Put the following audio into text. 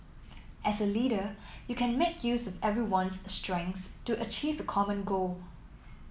as a leader you can make use of everyone's strengths to achieve common goal